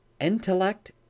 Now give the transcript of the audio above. intellect